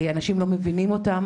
אנשים לא מבינים אותם,